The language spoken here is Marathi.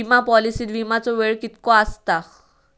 विमा पॉलिसीत विमाचो वेळ कीतको आसता?